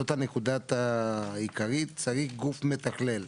זאת הנקודה העיקרית, שצריך גוף מתכלל.